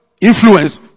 influence